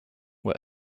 were